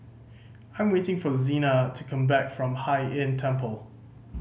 I am waiting for Zena to come back from Hai Inn Temple